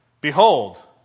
Behold